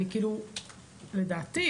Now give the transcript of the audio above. לדעתי,